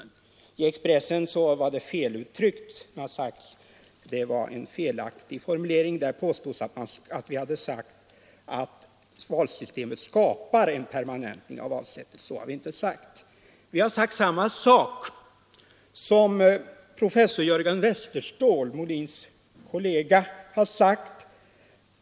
I Expressen fanns en felaktig formulering. Där påstods att vi hade sagt att valsystemet skapar en permanentning av minoritetsstyret. Så har vi inte sagt. Vi har sagt samma sak som herr Molins kollega, professor Jörgen Westerståhl.